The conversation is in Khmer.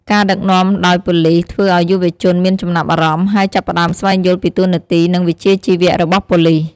ការដឹកនាំដោយប៉ូលីសធ្វើឲ្យយុវជនមានចំណាប់អារម្មណ៍ ហើយចាប់ផ្តើមស្វែងយល់ពីតួនាទីនិងវិជ្ជាជីវៈរបស់ប៉ូលីស។